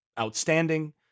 outstanding